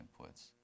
inputs